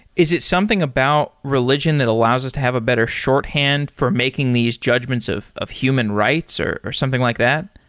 is it something about religion that allows us to have a better shorthand for making these judgments of of human rights or or something like that?